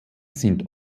sind